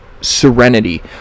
serenity